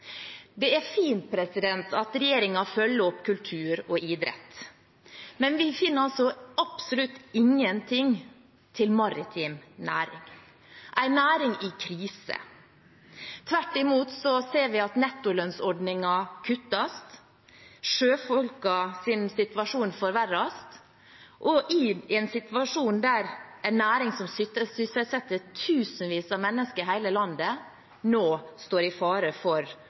Det er fint at regjeringen følger opp kultur og idrett. Men vi finner absolutt ingenting til maritim næring – en næring i krise. Tvert imot ser vi at nettolønnsordningen kuttes, sjøfolkenes situasjon forverres, i en situasjon der en næring som sysselsetter tusenvis av mennesker i hele landet, står i fare for